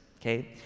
okay